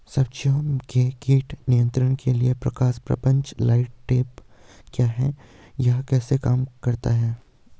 सब्जियों के कीट नियंत्रण के लिए प्रकाश प्रपंच लाइट ट्रैप क्या है यह कैसे काम करता है?